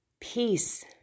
peace